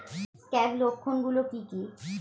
Scab লক্ষণ গুলো কি কি?